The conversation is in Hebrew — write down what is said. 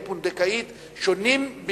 שנושא אם פונדקאית נמשך תקופה של למעלה מתשעה חודשים,